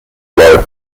blow